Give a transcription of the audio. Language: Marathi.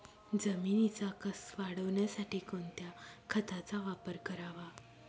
जमिनीचा कसं वाढवण्यासाठी कोणत्या खताचा वापर करावा?